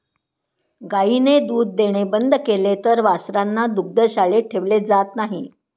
गायीने दूध देणे बंद केले तर वासरांना दुग्धशाळेत ठेवले जात नाही